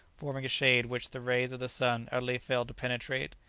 forming a shade which the rays of the sun utterly failed to penetrate.